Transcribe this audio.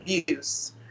abuse